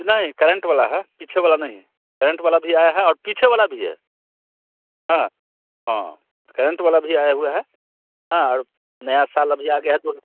नहीं करेंट वाला है पीछे वाला नहीं करेंट वाला भी आया है और पीछे वाला भी है हाँ हाँ करेंट वाला भी आया हुआ है हाँ और नया साल अभी आ गया है तो